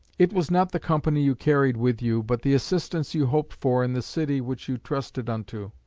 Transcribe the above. it was not the company you carried with you but the assistance you hoped for in the city which you trusted unto.